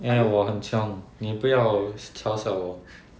因为我很穷你不要嘲笑我